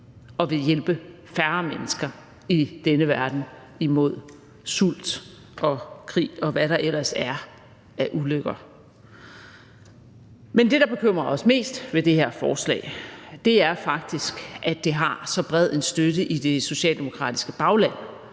og vil hjælpe færre mennesker i denne verden imod sult og krig, og hvad der ellers er af ulykker. Men det, der bekymrer os mest ved det her forslag, er faktisk, at det har så bred en støtte i det socialdemokratiske bagland.